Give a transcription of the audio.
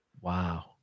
Wow